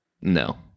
no